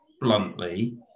bluntly